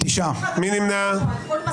הצבעה לא אושרו.